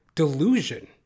delusion